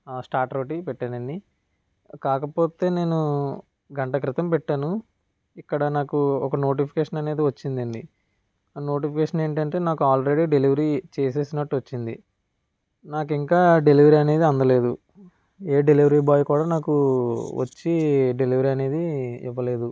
stator ఒకటి పెట్టానండీ కాకపోతే నేను గంట క్రితం పెట్టాను ఇక్కడ నాకు ఒక నోటిఫికేషన్ అనేది వచ్చిందండి ఆ నోటిఫికేషన్ ఏంటంటే నాకు ఆల్రెడీ డెలివరీ చేసేసినట్లు వచ్చింది నాకు ఇంకా డెలివరీ అనేది అందలేదు ఏ డెలివరీ బాయ్ కూడా నాకు వచ్చి డెలివరీ అనేది ఇవ్వలేదు